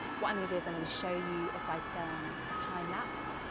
what i'm gonna do is i'm gonna show you if i film a time lapse.